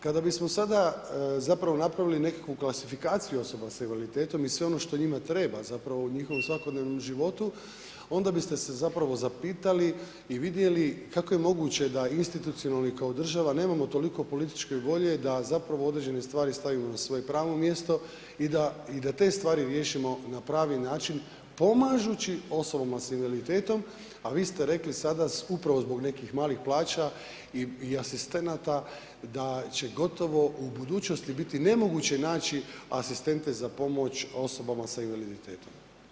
Kada bismo sada zapravo napravili nekakvu klasifikaciju osoba sa invaliditetom i sve ono što njima treba zapravo u njihovom svakodnevnom životu, onda biste se zapravo zapitali i vidjeli kako je moguće da institucionalni kao država nemamo toliko političke volje da zapravo određene stvari stavimo na svoje pravo mjesto i da te stvari riješimo na pravi način pomažući osobama s invaliditetom, a vi ste rekli, sada upravo zbog nekih malih plaća i asistenata da će gotovo u budućnosti biti nemoguće naći asistente za pomoć osobama sa invaliditetom.